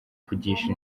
kugisha